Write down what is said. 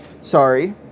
sorry